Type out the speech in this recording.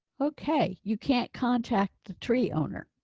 okay, you can't contact the tree owner.